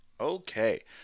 Okay